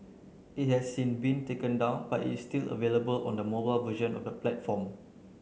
it has since been taken down but it is still available on the mobile version of the platform